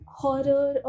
horror